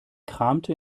kramte